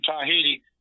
Tahiti